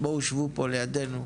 בואו שבו פה לידינו.